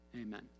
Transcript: Amen